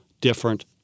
different